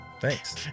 Thanks